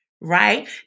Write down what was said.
Right